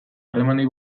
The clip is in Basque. harremanei